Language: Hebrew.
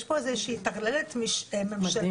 יש פה איזושהי טרללת ממשלתית